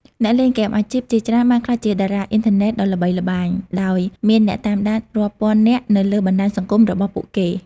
អ្នកលេងហ្គេមអាជីពជាច្រើនបានក្លាយជាតារាអុីនធឺណិតដ៏ល្បីល្បាញ ដោយមានអ្នកតាមដានរាប់ពាន់នាក់នៅលើបណ្ដាញសង្គមរបស់ពួកគេ។